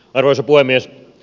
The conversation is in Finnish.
arvoisa puhemies